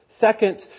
Second